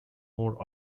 more